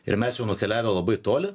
ir mes jau nukeliavę labai toli